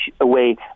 away